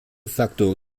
facto